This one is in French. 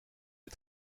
des